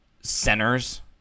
centers